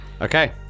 Okay